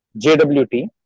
JWT